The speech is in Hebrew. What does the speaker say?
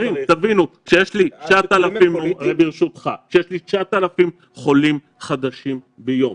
תבינו, כשיש לי 9,000 חולים חדשים ביום,